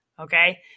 Okay